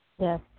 Yes